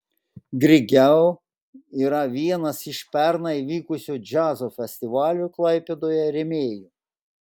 grigeo yra vienas iš pernai vykusio džiazo festivalio klaipėdoje rėmėjų